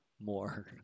more